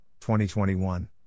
2021